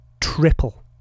Triple